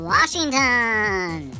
Washington